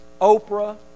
Oprah